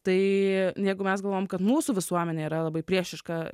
tai jeigu mes galvojam kad mūsų visuomenė yra labai priešiška